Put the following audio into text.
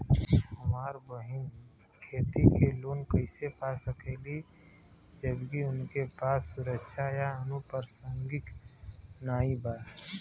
हमार बहिन खेती के लोन कईसे पा सकेली जबकि उनके पास सुरक्षा या अनुपरसांगिक नाई बा?